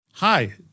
Hi